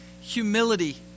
humility